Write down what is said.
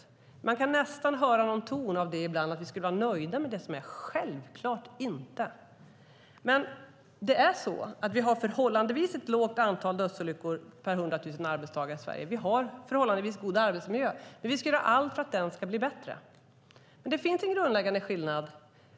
Man kan ibland nästan höra en ton av att vi skulle vara nöjda med det, men det är vi självklart inte. Det är ändå så att vi har ett förhållandevis lågt antal dödsolyckor per hundra tusen arbetstagare i Sverige, och vi har förhållandevis god arbetsmiljö. Men vi ska göra allt för att den ska bli bättre. Det finns en grundläggande skillnad.